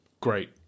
great